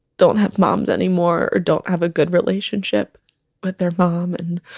don't have moms anymore or don't have a good relationship with their um and